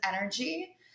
energy